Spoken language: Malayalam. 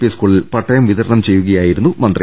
പി സ്കൂളിൽ പട്ടയം വിതരണം ചെയ്യുക യായിരുന്നു മന്ത്രി